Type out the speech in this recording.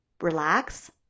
relax